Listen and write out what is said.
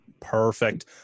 Perfect